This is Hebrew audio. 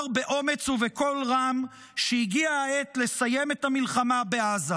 באומץ ובקול רם שהגיעה העת לסיים את המלחמה בעזה,